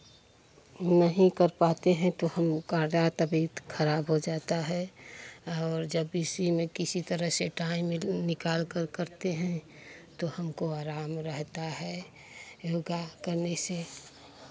नहीं कर पाते हैं तो हम काडा तबियत खराब हो जाता है और जब इसी में किसी तरह से टाइम निकालकर करते हैं तो हमको आराम रहता है योगा करने से